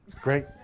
Great